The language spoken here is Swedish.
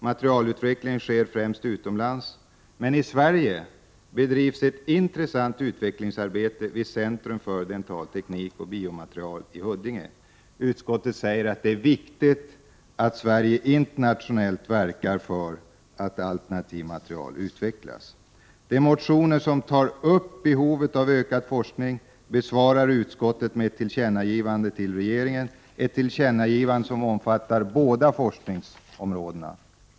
Materialutvecklingen sker främst utomlands, men i Sverige bedrivs ett intressant utvecklingsarbete vid Centrum för dental teknik och biomaterial i Huddinge. Utskottet säger att det är viktigt att Sverige internationellt verkar för att alternativa material utvecklas. De motioner som tar upp behovet av ökad forskning besvarar utskottet med ett tillkännagivande till regeringen, ett tillkännagivande som omfattar båda forskningsområdena.